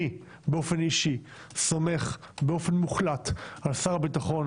אני באופן אישי סומך באופן מוחלט על שר הביטחון,